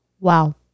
Wow